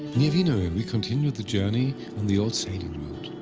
near vino, we continue the journey on the old sailing route.